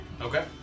Okay